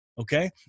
okay